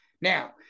Now